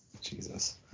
Jesus